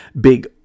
big